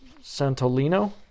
Santolino